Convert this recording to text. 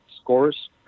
scores